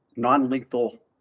non-lethal